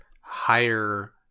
higher